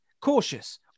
cautious